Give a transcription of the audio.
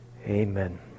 amen